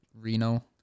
Reno